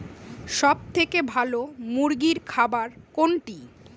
সবথেকে ভালো মুরগির খাবার কোনটি?